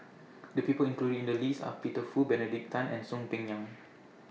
The People included in The list Are Peter Fu Benedict Tan and Soon Peng Yam